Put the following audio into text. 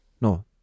No